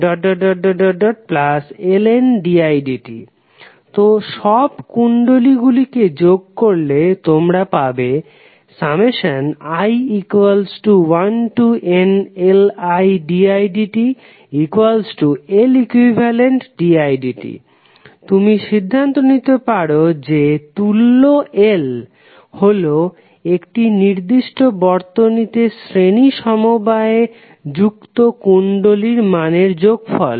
vL1didtL2didtLndidt তো সব কুণ্ডলী গুলিকে যোগ করলে তোমরা পাবে i1nLididtLeqdidt তুমি সিধান্ত নিতে পারো যে তুল্য L হলো একটি নির্দিষ্ট বর্তনীতে শ্রেণী সমবায়ে যুক্ত কুণ্ডলীগুলির মানের যোগফল